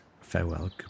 farewell